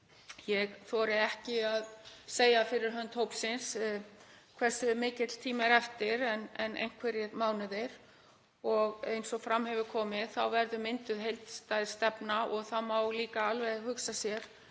ég þori ekki að segja fyrir hönd hópsins hversu mikill tími er eftir, en einhverjir mánuðir. Eins og fram hefur komið þá verður mynduð heildstæð stefna og það má líka alveg hugsa sér